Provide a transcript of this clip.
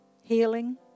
healing